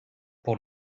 pour